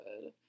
good